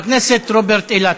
חבר הכנסת רוברט אילטוב,